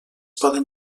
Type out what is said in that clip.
poden